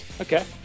Okay